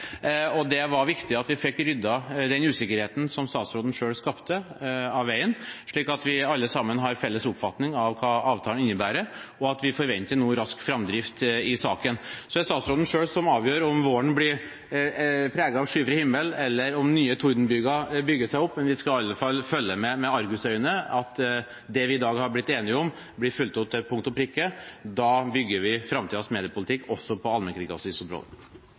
Det var viktig at vi fikk ryddet den usikkerheten som statsråden selv skapte, av veien, slik at vi alle sammen har felles oppfatning av hva avtalen innebærer, og at vi nå forventer rask framdrift i saken. Det er statsråden selv som avgjør om våren blir preget av skyfri himmel, eller om nye tordenbyger bygger seg opp. Vi skal iallfall følge med med argusøyne på at det vi i dag har blitt enige om, blir fulgt opp til punkt og prikke. Da bygger vi framtidens mediepolitikk, også på